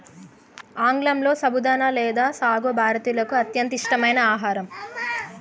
ఆంగ్లంలో సబుదానా లేదా సాగో భారతీయులకు అత్యంత ఇష్టమైన ఆహారం